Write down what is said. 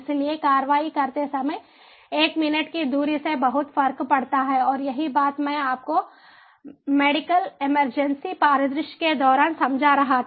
इसलिए कार्रवाई करते समय एक मिनट की देरी से बहुत फर्क पड़ता है और यही बात मैं आपको मेडिकल इमरजेंसी परिदृश्य के दौरान समझा रहा था